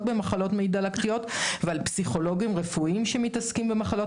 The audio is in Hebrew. במחלות מעי דלקתיות ועל פסיכולוגים רפואיים שמתעסקים במחלות